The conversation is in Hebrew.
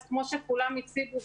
אז כמו שכולם הציגו,